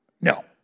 No